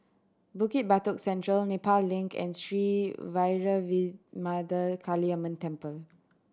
Bukit Batok Central Nepal Link and Sri Vairavimada Kaliamman Temple